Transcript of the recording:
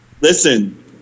listen